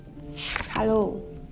hello